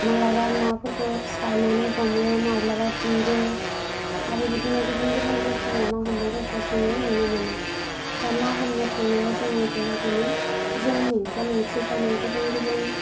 मालाबा नाफोरखौ सारनानै हमो माब्लाबा गुरो आरो बिदिनो गुबुन गुबुन रोखोमनि ना हमनायफोरखौ जोङो नुनो मोनो बा ना हमनो थांनायाव जोङो बेबायदिनो जोंनि गोनांथि जानाय गुबुन गुबुन